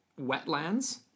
wetlands